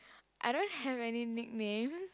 I don't have any nickname